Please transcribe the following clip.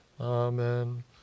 Amen